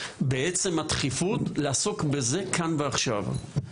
בעצם הדחיפות לעסוק בזה כאן ועכשיו.